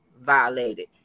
violated